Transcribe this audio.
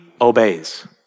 obeys